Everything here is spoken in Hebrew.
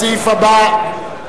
הבא,